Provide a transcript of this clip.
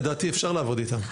לדעתי אפשר לעבוד איתם.